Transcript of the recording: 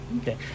Okay